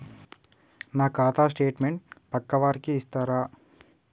నా ఖాతా స్టేట్మెంట్ పక్కా వారికి ఇస్తరా?